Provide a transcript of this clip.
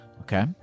Okay